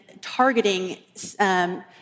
targeting